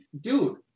Dude